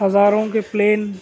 ہزاروں کے پلین